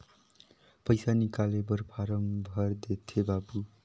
पइसा निकाले बर फारम भर देते बाबु?